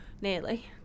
nearly